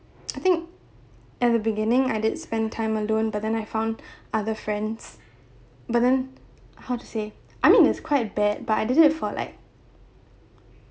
I think at the beginning I did spend time alone but then I found other friends but then how to say I mean it's quite bad but I did it for like